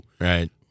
Right